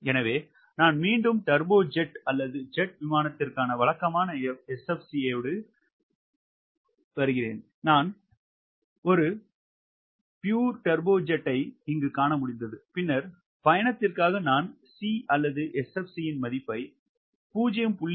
எனவே நான் மீண்டும் டர்போ ஜெட் அல்லது ஜெட் விமானத்திற்கான வழக்கமான SFC வருகிறேன் நான் தூய டர்போஜெட்டைக் காண முடிந்தது பின்னர் பயணத்திற்காக நான் C அல்லது SFCயின் மதிப்பை 0